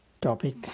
topic